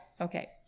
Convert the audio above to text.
Okay